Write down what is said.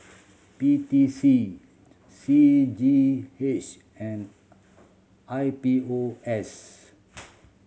P T C C G H and I P O S